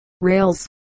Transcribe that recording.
rails